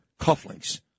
cufflinks